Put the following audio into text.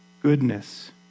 Goodness